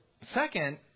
Second